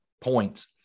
points